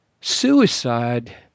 suicide